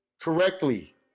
correctly